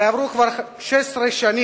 הרי עברו כבר 16 שנים